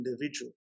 individual